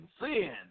Sin